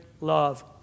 love